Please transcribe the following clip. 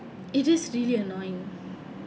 it is really annoying